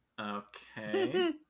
Okay